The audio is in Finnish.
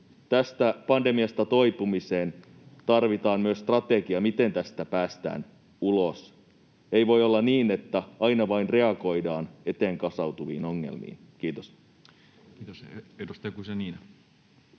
Tästä pandemiasta toipumiseen tarvitaan myös strategia, miten tästä päästään ulos. Ei voi olla niin, että aina vain reagoidaan eteen kasautuviin ongelmiin. — Kiitos. Kiitos. — Edustaja Guzenina.